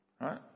Right